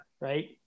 Right